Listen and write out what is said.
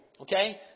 Okay